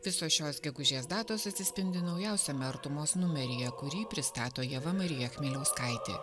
visos šios gegužės datos atsispindi naujausiame artumos numeryje kurį pristato ieva marija chmieliauskaitė